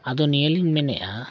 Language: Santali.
ᱟᱫᱚ ᱱᱤᱭᱟᱹ ᱞᱤᱧ ᱢᱮᱱᱮᱜᱼᱟ